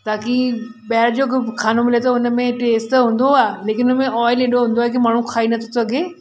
ताकि ॿाहिरि जो कि बि खानो मिले थो हुन में टेस्ट त हूंदो आहे लेकिनि हुन में ऑइल हेॾो हूंदो आहे की माण्हू खाई नथो सघे